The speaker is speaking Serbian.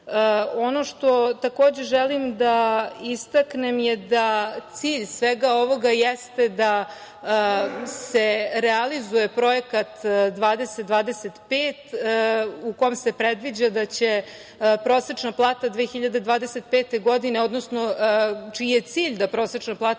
što takođe želim da istaknem je da cilj svega ovoga jeste da se realizuje projekat „2025“ u kom se predviđa da će prosečna plata 2025. godine, odnosno čiji je cilj da prosečna plata